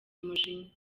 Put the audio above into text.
umujinya